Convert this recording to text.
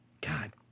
God